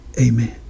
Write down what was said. Amen